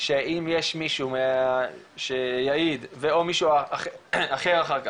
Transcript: שאם יש מישהו שיעיד או מישהו אחר כך,